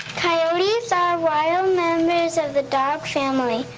coyotes are wild members of the dog family.